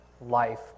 life